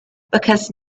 because